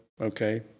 okay